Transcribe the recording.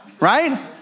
Right